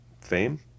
Fame